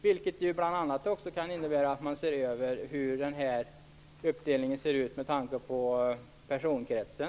Det kan också innebära att man ser över hur uppdelningen ser ut med tanke på personkretsen.